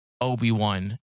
Obi-Wan